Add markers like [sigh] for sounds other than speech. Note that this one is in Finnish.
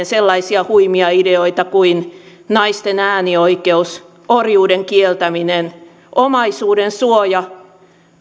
[unintelligible] sellaisia huimia ideoita kuin naisten äänioikeus orjuuden kieltäminen omaisuudensuoja